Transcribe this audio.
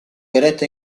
eretta